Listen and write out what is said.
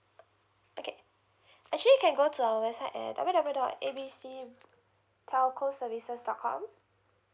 okay actually you can go to our website at W_W_W dot A B C telco services dot com